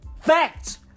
Facts